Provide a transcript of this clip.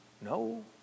No